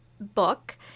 book